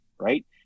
right